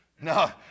No